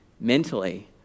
mentally